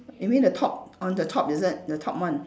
you mean the top on the top is it the top one